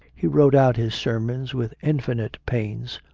he wrote out his sermons with infinite pains,